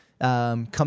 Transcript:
Come